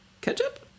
ketchup